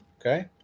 okay